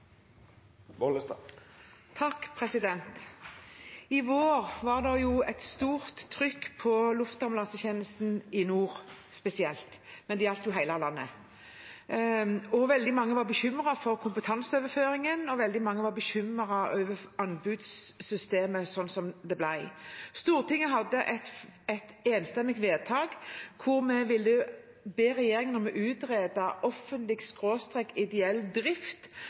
I vår var det et stort trykk på luftambulansetjenesten, spesielt i nord, men det gjaldt jo hele landet. Veldig mange var bekymret for kompetanseoverføringen, og veldig mange var bekymret over anbudssystemet sånn som det ble. Stortinget hadde et enstemmig vedtak hvor vi ba regjeringen om å